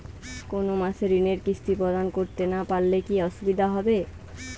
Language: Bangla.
কোনো মাসে ঋণের কিস্তি প্রদান করতে না পারলে কি অসুবিধা হবে?